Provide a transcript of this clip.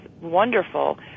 wonderful